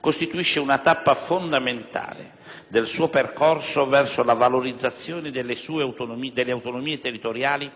costituisce una tappa fondamentale del suo percorso verso la valorizzazione delle autonomie territoriali